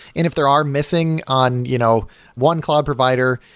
and if there are missing on you know one cloud provider,